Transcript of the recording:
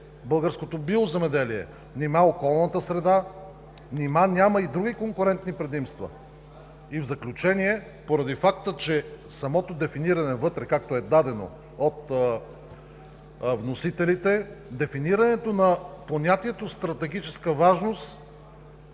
българското биоземеделие, нима околната среда, нима няма и други конкурентни предимства? И в заключение, поради факта, че самото дефиниране вътре, както е дадено от вносителите, дефинирането на понятието „стратегическа важност“